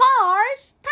Cars